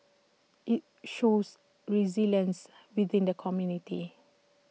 IT shows resilience within the community